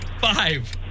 Five